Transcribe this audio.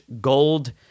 Gold